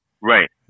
Right